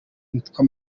nitwa